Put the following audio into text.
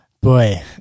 boy